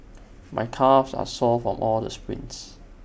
my calves are sore from all the sprints